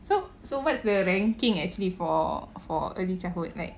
so so what's the ranking actually for for early childhood like